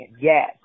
Yes